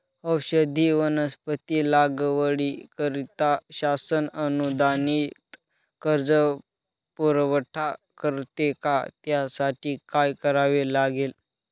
औषधी वनस्पती लागवडीकरिता शासन अनुदानित कर्ज पुरवठा करते का? त्यासाठी काय करावे लागेल?